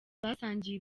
basangiye